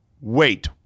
Wait